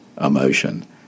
emotion